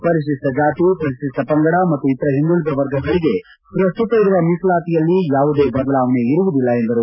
ಪರಿಶಿಷ್ಟ ಜಾತಿ ಪರಿಶಿಷ್ಟ ಪಂಗಡ ಮತ್ತು ಇತರ ಹಿಂದುಳಿದ ವರ್ಗಗಳಿಗೆ ಪ್ರಸ್ತುತ ಇರುವ ಮೀಸಲಾತಿಯಲ್ಲಿ ಯಾವುದೇ ಬದಲಾವಣೆ ಇರುವುದಿಲ್ಲ ಎಂದರು